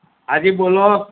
હા જી બોલો